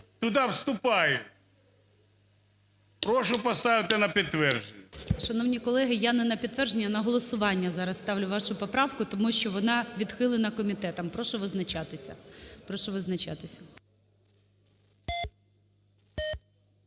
Туди вступають. Прошу поставити на підтвердження. ГОЛОВУЮЧИЙ. Шановні колеги, я не на підтвердження, а на голосування зараз ставлю вашу поправку, тому що вона відхилена комітетом. Прошу визначатися,